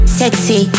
sexy